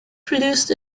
produced